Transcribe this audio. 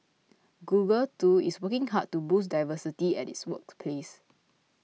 Google too is working hard to boost diversity at its workplace